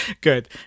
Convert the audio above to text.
Good